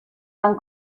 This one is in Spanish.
tan